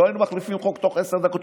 לא היינו מחליפים חוק תוך עשר דקות,